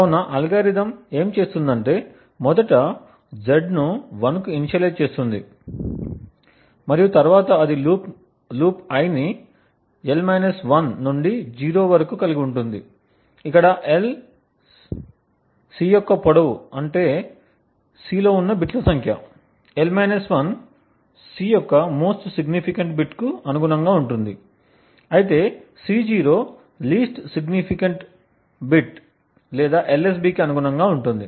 కాబట్టి అల్గోరిథం ఏమి చేస్తుందంటే అది మొదట Z ను 1 కు ఇన్షియలైజ్ చేస్తుంది మరియు తరువాత అది లూప్ i ని l 1 నుండి 0 వరకు కలిగి ఉంటుంది ఇక్కడ l C యొక్క పొడవు అంటే C లో ఉన్న బిట్ల సంఖ్య l 1 C యొక్క మోస్ట్ సిగ్నిఫికెంట్ బిట్కు అనుగుణంగా ఉంటుంది అయితే C0 లీస్ట్ సిగ్నిఫికెంట్ బిట్ లేదా LSB కి అనుగుణంగా ఉంటుంది